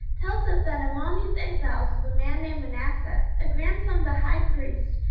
tells us that among these exiles was a man named manasseh, a grandson of the high priest,